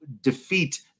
defeat